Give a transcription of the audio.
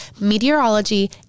meteorology